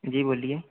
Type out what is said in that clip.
जी बोलिए